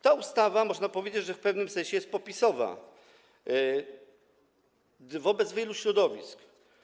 Ta ustawa, można powiedzieć, w pewnym sensie jest PO-PiS-owa wobec wielu środowisk.